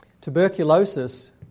Tuberculosis